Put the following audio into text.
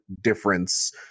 difference